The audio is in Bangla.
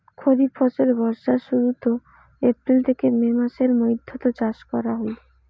খরিফ ফসল বর্ষার শুরুত, এপ্রিল থেকে মে মাসের মৈধ্যত চাষ করা হই